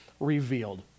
revealed